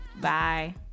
bye